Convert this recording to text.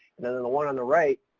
and then then the one on the right,